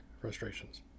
frustrations